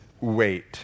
wait